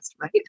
right